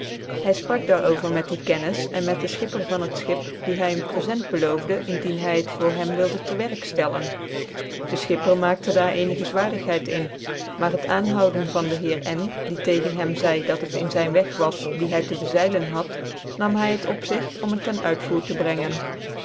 hy fprak daar over met die kennis cn met de schipper van het schip die hy een prefent beloofde indien hy het voor hem wilde te werk ftcllen de schipper maakte daar ccnigc fcwaarigheid in j maar het aanhouden van de heer n die tegen hem zcidc dat het in zyn weg was die hy te bezeilen hul nam hy het op zig om het ter uitvoer tc brengen